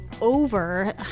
over